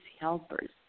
helpers